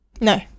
No